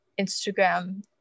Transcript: Instagram